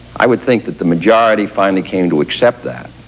i would think that the majority finally came to accept that,